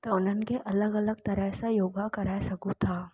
त उन्हनि खे अलॻि अलॻि तरह सां योगा कराए सघूं था